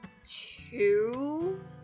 Two